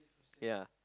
ya